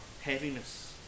heaviness